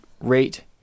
rate